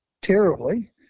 terribly